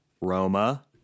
Roma